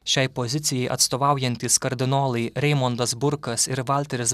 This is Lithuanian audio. šiai pozicijai atstovaujantys kardinolai reimondas burkas ir valteris